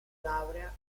laurea